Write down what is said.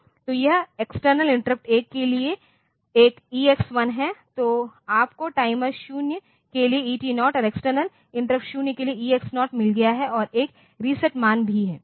तो यह external interrupt 1 के लिए एक EX1 है तो आपको टाइमर 0 के लिए ET0 और एक्सटर्नल इंटरप्ट 0 के लिए EX0 मिल गया है और एक रीसेट मान भी है